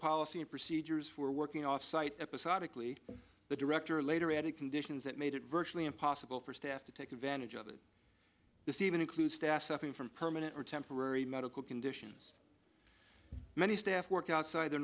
policy and procedures for working offsite episodically the director later added conditions that made it virtually impossible for staff to take advantage of it this even includes staff suffering from permanent or temporary medical conditions many staff work outside their